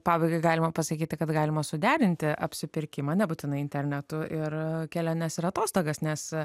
pabaigai galima pasakyti kad galima suderinti apsipirkimą nebūtinai internetu ir keliones ir atostogas nes